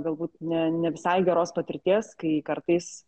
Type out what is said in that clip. galbūt ne ne visai geros patirties kai kartais